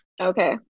Okay